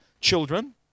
Children